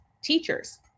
teachers